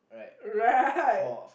right